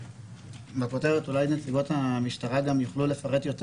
אולי נציגות המשטרה גם יוכלו לפרט יותר